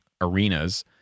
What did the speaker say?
arenas